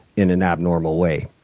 in an abnormal way,